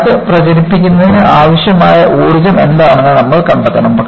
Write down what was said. crack പ്രചരിപ്പിക്കുന്നതിന് ആവശ്യമായ ഊർജ്ജം എന്താണെന്ന് നമ്മൾ കണ്ടെത്തണം